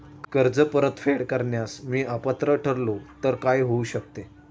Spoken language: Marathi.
कर्ज परतफेड करण्यास मी अपात्र ठरलो तर काय होऊ शकते?